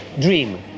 dream